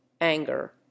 anger